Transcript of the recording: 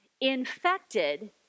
infected